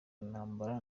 ntambara